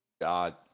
God